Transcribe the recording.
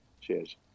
Cheers